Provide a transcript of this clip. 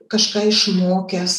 kažką išmokęs